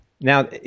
Now